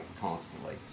constantly